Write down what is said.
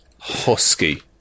husky